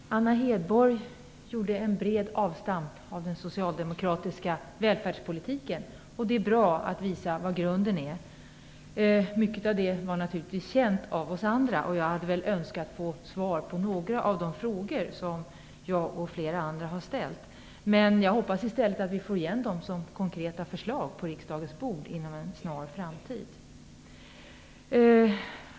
Fru talman! Anna Hedborg talade brett om den socialdemokratiska välfärdspolitiken. Det är bra att hon visar vad grunden är. Mycket av detta var naturligtvis redan känt av oss andra. Jag hade önskat få svar på några av de frågor som jag och flera andra har ställt. Jag hoppas i stället att vi får konkreta förslag på riksdagens bord inom en snar framtid.